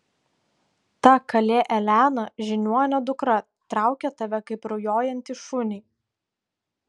ta kalė elena žiniuonio dukra traukia tave kaip rujojantį šunį